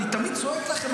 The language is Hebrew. אני תמיד צועק לכם,